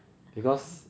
because